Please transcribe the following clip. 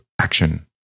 action